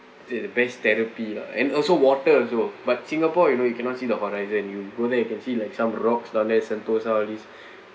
the best therapy lah and also water also but singapore you know you cannot see the horizon you go there you can see like some rocks down there sentosa all these